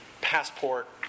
passport